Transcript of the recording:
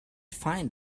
find